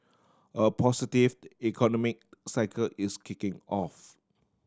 a positive economic cycle is kicking off